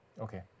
Okay